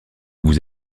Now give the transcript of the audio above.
vous